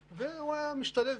מאוד.